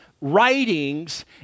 writings